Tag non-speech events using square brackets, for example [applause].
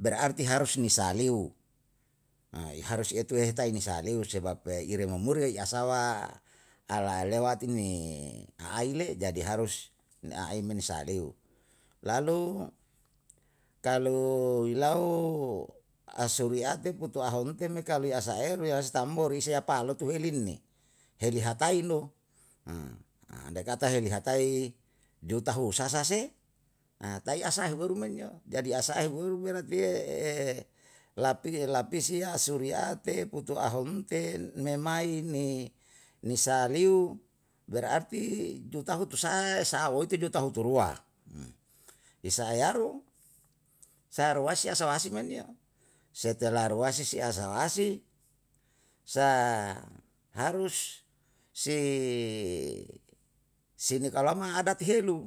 Berarti harus ni saliu, [hesitation] iharus ituheita ni saliu sebab [hesitation] iremomure asawa alalewat ini aai le jadi harus ni a ai ni saliu. Lalu kalu i lau asuriate putu ahonte me kalu asaeru ya si tam bo riseapalo tu helinni, heli hatai no [hesitation] andai kata heli hati juta husasa se, [hesitation] tai asahuweru men yo, jadi asahe ehuweru jadi nanti [hesitation] lapi lapisi ya asuriate putu ahonte nemai ni ni saliu, berarti juta hutusai sa'a woi juta hutu rua [hesitation] i sa'e yaru sa'a ruasi asawasi menyo. Setelah ruasi si asawasi saharus si sinikolama adat helu,